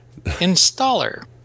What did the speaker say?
installer